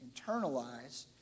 internalize